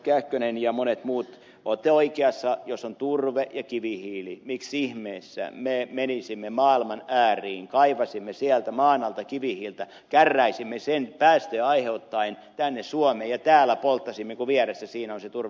kähkönen ja monet muut olette oikeassa jos on turve ja kivihiili miksi ihmeessä me menisimme maailman ääriin kaivaisimme sieltä maan alta kivihiiltä kärräisimme sen päästöjä aiheuttaen tänne suomeen ja täällä polttaisimme kun vieressä siinä on se turve